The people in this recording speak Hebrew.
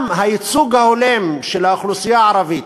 גם הייצוג ההולם של האוכלוסייה הערבית,